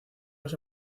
los